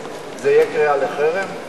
זה יהיה קריאה לחרם?